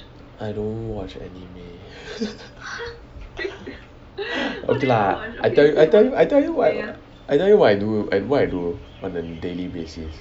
I don't watch anime okay lah I tell you I tell you I tell you what I tell you what I do what I do on a daily basis